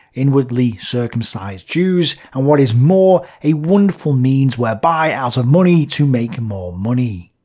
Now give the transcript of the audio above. inwardly circumcised jews, and what is more, a wonderful means whereby out of money to make more money.